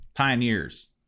Pioneers